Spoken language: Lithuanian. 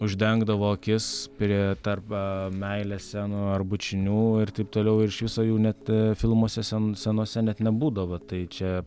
uždengdavo akis prie arba meilės scenų ar bučinių ir taip toliau ir iš viso jų net filmuose sen senuose net nebūdavo tai čia